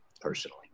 personally